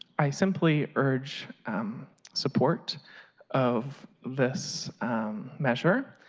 i simply urge um support of this measure,